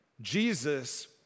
Jesus